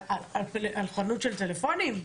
על חנות של טלפונים?